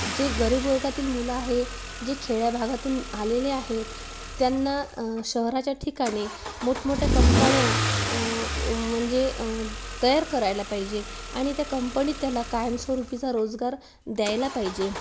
जे गरीब वर्गातील मुलं आहे जे खेड्या भागातून आलेले आहेत त्यांना शहराच्या ठिकाणी मोठमोठ्या कंपन्या म्हणजे तयार करायला पाहिजे आणि त्या कंपनीत त्याला कायमस्वरूपीचा रोजगार द्यायला पाहिजे